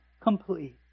complete